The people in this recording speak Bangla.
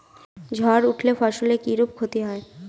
ঝড় উঠলে ফসলের কিরূপ ক্ষতি হয়?